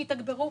שיתגברו,